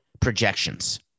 projections